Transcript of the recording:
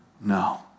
no